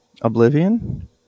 Oblivion